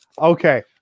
Okay